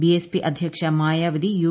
BSP അധ്യക്ഷ Mayawati U